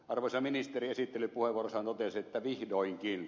arvoisa ministeri esittelypuheenvuorossaan totesi että vihdoinkin